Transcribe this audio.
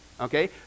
okay